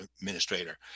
administrator